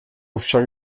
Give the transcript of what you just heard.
však